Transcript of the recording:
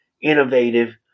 Innovative